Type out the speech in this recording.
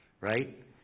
right